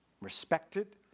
respected